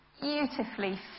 beautifully